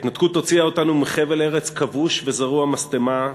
ההתנתקות הוציאה אותנו מחבל ארץ כבוש וזרוע משטמה,